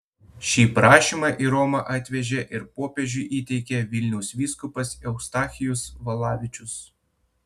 šį prašymą į romą atvežė ir popiežiui įteikė vilniaus vyskupas eustachijus valavičius